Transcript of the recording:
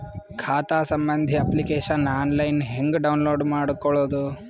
ಖಾತಾ ಸಂಬಂಧಿ application online ಹೆಂಗ್ ಡೌನ್ಲೋಡ್ ಮಾಡಿಕೊಳ್ಳಬೇಕು?